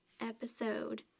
episode